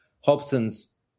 Hobson's